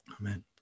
Amen